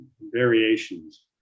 variations